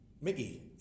mickey